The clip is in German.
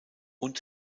und